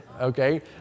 Okay